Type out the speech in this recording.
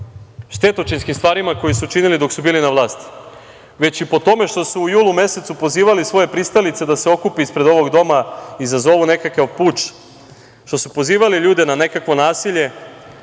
štetočinskim stvarima koje su činili dok su bili na vlasti, već i po tome što su u julu mesecu pozivali svoje pristalice da se okupe ispred ovog doma, izazovu nekakav puč, što su pozivali ljude na nekakvo nasilje,